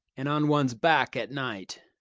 and on one's back at night.